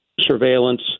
surveillance